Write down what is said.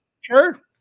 Sure